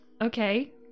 Okay